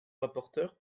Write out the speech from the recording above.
rapporteur